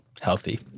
healthy